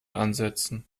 ansetzen